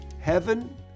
Heaven